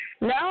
No